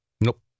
Nope